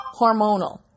hormonal